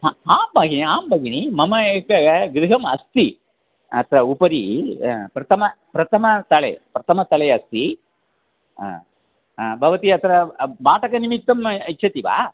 हा आं भगिनि आं भगिनि मम एकं गृहम् अस्ति अत्र उपरि प्रथम प्रथमतले प्रथमतले अस्ति भवती अत्र भाटकनिमित्तम् इच्छति वा